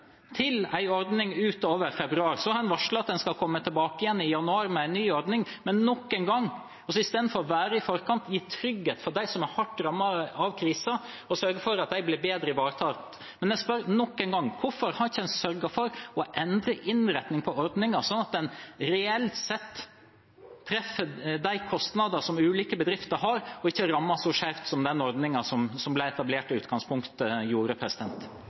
til en ordning som varer utover februar. En har varslet at en skal komme tilbake igjen i januar med en ny ordning, istedenfor å være i forkant og gi trygghet til dem som er hardt rammet av krisen, og sørge for at de blir bedre ivaretatt. Jeg spør nok en gang: Hvorfor har en ikke sørget for å endre innretningen på ordningen, slik at en reelt sett treffer de kostnadene som ulike bedrifter har, og at ordningen ikke rammer så skjevt som den ordningen som ble etablert i utgangspunktet, gjorde?